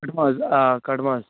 کَٹہٕ ماز آ کَٹہٕ ماز